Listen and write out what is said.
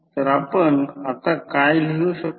तर आपण आता काय लिहू शकतो